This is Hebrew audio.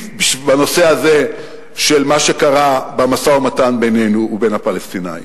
בנושא הזה של מה שקרה במשא-ומתן בינינו ובין הפלסטינים.